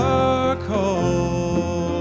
circle